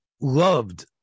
loved